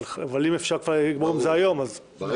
אבל אם אפשר לגמור עם זה כבר היום אז עדיף.